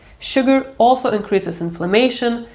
sugar also increases inflammation.